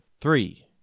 Three